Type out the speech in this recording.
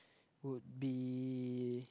would be